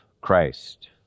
Christ